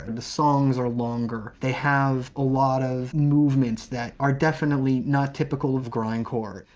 the songs are longer. they have a lot of movements that are definitely not typical of grindcore.